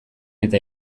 eta